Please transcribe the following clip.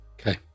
okay